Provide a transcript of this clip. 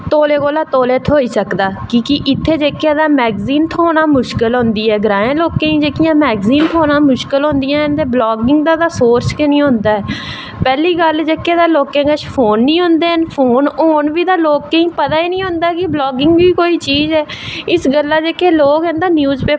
तौले कोला दा तौले थ्होई सकदा क्योंकि इत्थें जेह्की मैगजीन थ्होना मुश्किल होंदी ऐ ग्राईं लोकें गी मैग्जीन थ्होना मुश्किल होंदी न ते ब्लॉगिंग दा ते सोरस गै नी होंदा ऐ पैह्ली गल्ल ते लोकें कोल फोन गै नी होंदे न फोन होन तां लोकें गी पता गै नी होंदा कि ब्लॉगिंग बी कोई चीज ऐ इक करी न्यूज पेपर